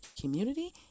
community